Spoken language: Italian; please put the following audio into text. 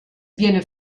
viene